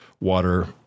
water